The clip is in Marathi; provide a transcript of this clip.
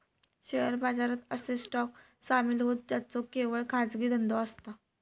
शेअर बाजारात असे स्टॉक सामील होतं ज्यांचो केवळ खाजगी धंदो असता